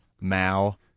Mao